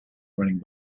running